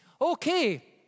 Okay